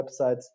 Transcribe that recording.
websites